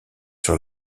sur